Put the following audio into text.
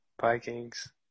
Vikings